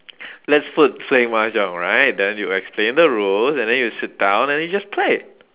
let's put play mahjong right then you explain the rules and then you sit down and you just play